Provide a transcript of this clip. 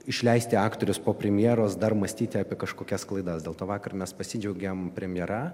išleisti aktorius po premjeros dar mąstyti apie kažkokias klaidas dėl to vakar mes pasidžiaugėm premjera